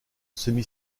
semi